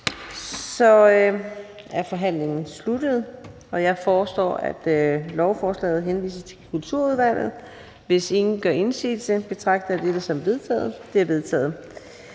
Så er forhandlingen sluttet. Jeg foreslår, at lovforslaget henvises til Kulturudvalget. Hvis ingen gør indsigelse, betragter jeg dette som vedtaget.